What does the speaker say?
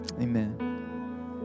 amen